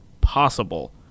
possible